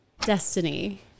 Destiny